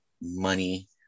money